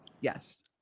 Yes